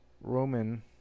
Roman